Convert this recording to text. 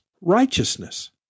righteousness